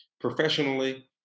professionally